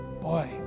boy